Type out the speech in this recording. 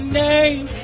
name